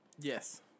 Yes